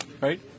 right